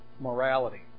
morality